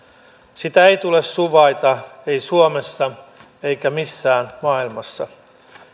sitä ei tule suvaita ei suomessa eikä missään maailmassa